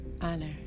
Honor